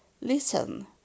listen